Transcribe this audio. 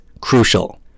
crucial